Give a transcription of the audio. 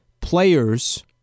players